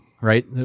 right